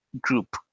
group